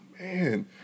man